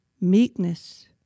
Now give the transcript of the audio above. meekness